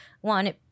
one